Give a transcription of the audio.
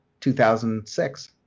2006